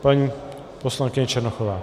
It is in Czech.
Paní poslankyně Černochová.